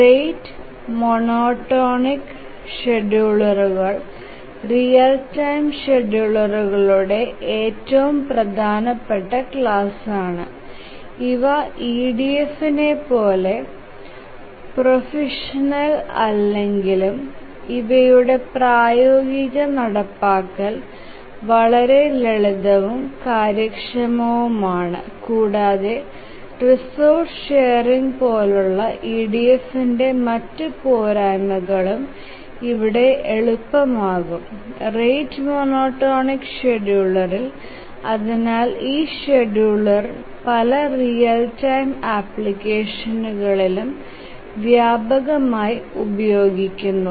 rate monotonic ഷെഡ്യൂളറുകൾ real time ഷെഡ്യൂളറുകളുടെ ഏറ്റവും പ്രധാനപ്പെട്ട ക്ലാസാണ് ഇവ EDFനെപ്പോലെ പ്രൊഫിഷ്യന്റ അല്ലെങ്കിലും ഇവയുടെ പ്രായോഗിക നടപ്പാക്കൽ വളരെ ലളിതവും കാര്യക്ഷമവുമാണ് കൂടാതെ റിസോഴ്സ് ഷെറിങ് പോലുള്ള EDFന്റെ മറ്റ് പോരായ്മകളും ഇവിടെ എളുപ്പമാകും റേറ്റ് മോണോടോണിക് ഷെഡ്യൂളറിൽ അതിനാൽ ഈ ഷെഡ്യൂളറുകൾ പല റിയൽ ടൈം അപ്ലിക്കേഷനുകളിലും വ്യാപകമായി ഉപയോഗിക്കുന്നു